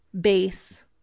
base